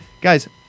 Guys